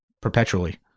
perpetually